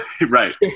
Right